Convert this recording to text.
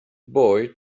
boy